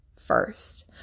first